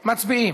מצביעים.